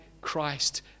Christ